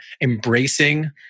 embracing